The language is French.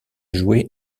jouer